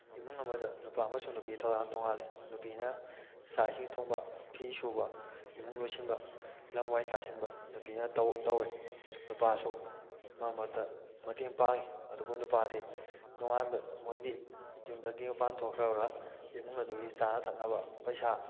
ꯏꯃꯨꯡ ꯑꯃꯗ ꯅꯨꯄꯥ ꯑꯃꯁꯨꯡ ꯅꯨꯄꯤꯒꯤ ꯊꯧꯗꯥꯡ ꯇꯣꯉꯥꯜꯂꯦ ꯅꯨꯄꯤꯅ ꯆꯥꯛ ꯏꯁꯤꯡ ꯊꯣꯡꯕ ꯐꯤ ꯁꯨꯕ ꯏꯃꯨꯡ ꯂꯣꯏꯁꯤꯟꯕ ꯂꯝ ꯋꯥꯏ ꯇꯥꯁꯤꯟꯕ ꯅꯨꯄꯤ ꯇꯧꯋꯦ ꯅꯨꯄꯥꯁꯨ ꯃꯔꯛ ꯃꯔꯛꯇ ꯃꯇꯦꯡ ꯄꯥꯡꯉꯤ ꯑꯗꯨꯕꯨ ꯅꯨꯄꯥꯗꯤ ꯅꯣꯡꯉꯥꯟꯕ ꯃꯣꯏꯗꯤ ꯌꯨꯝꯗꯒꯤ ꯃꯄꯥꯟ ꯊꯣꯛꯈ꯭ꯔꯒ ꯏꯃꯨꯡ ꯑꯗꯨꯒꯤ ꯆꯥꯅ ꯊꯛꯅꯕ ꯄꯩꯁꯥ